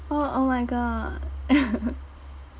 oh oh my god